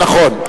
נכון.